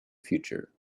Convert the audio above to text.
future